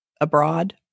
abroad